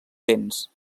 béns